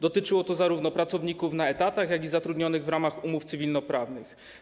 Dotyczyło to zarówno pracowników na etatach, jak i zatrudnionych w ramach umów cywilnoprawnych.